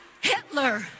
hitler